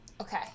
Okay